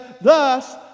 thus